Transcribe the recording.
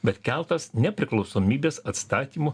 bet keltas nepriklausomybės atstatymo